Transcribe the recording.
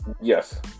Yes